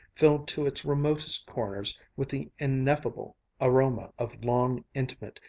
filled to its remotest corners with the ineffable aroma of long, intimate,